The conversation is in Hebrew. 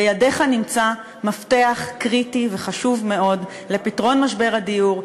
בידיך נמצא מפתח קריטי וחשוב מאוד לפתרון משבר הדיור,